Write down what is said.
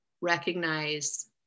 recognize